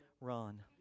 Ron